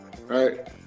right